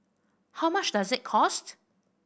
how much does it cost